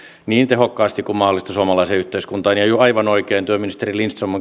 niin tehokkaasti kuin mahdollista suomalaiseen yhteiskuntaan ja aivan oikein työministeri lindström